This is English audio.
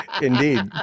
indeed